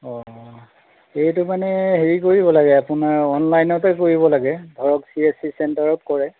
অঁ এইটো মানে হেৰি কৰিব লাগে আপোনাৰ অনলাইনতে কৰিব লাগে ধৰক চি এছ চি চেণ্টাৰত কৰে